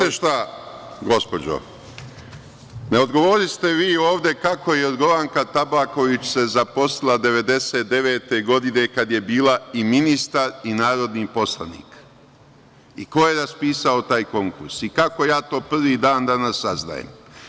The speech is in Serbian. Znate šta gospođo, ne odgovoriste vi ovde kako se Jorgovanka Tabaković zaposlila 1999. godine kada je bila i ministar i narodni poslanik, i ko je raspisao taj konkurs, i kako ja to prvi dan danas saznajem?